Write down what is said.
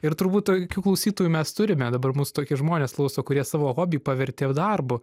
ir turbūt tokių klausytojų mes turime dabar mus tokie žmonės klauso kurie savo hobį pavertė darbu